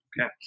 Okay